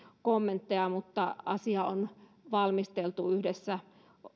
kommentteja mutta asia on valmisteltu yhdessä